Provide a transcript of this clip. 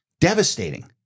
devastating